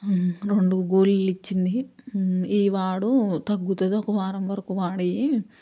రెండు గోలీలు ఇచ్చింది ఇవి వాడు తగ్గుతుంది ఒక వారం వరకు వాడేయి